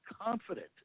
confident